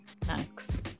Thanks